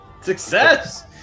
Success